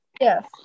Yes